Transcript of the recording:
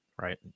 right